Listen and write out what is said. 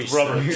Rubber